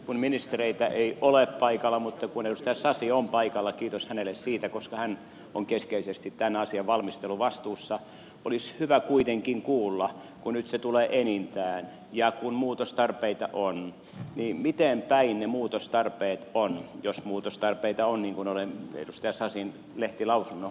kun ministereitä ei ole paikalla mutta kun edustaja sasi on paikalla kiitos hänelle siitä koska hän on keskeisesti tämän asian valmisteluvastuussa olisi hyvä kuitenkin kuulla kun nyt se tulee enintään ja kun muutostarpeita on mitenpäin ne muutostarpeet ovat jos muutostarpeita on niin kuin olen edustaja sasin lehtilausunnosta havainnut